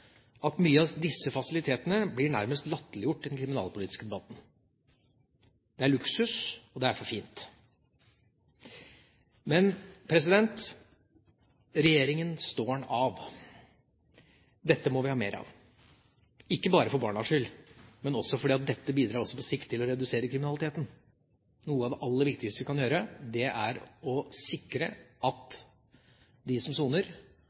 at mye av disse fasilitetene nærmest blir latterliggjort i den kriminalpolitiske debatten. Det er luksus, og det er for fint. Men regjeringa står den av. Dette må vi har mer av, ikke bare for barnas skyld, men også fordi dette på sikt bidrar til å redusere kriminaliteten. Noe av det aller viktigste vi kan gjøre, er å sikre at de som soner,